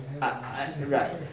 Right